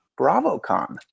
BravoCon